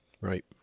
Right